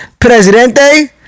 Presidente